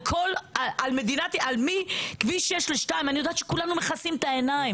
כולנו מכסים את העיניים.